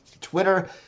Twitter